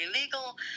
illegal